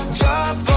drive